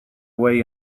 way